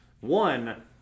one